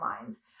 lines